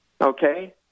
Okay